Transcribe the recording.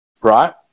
right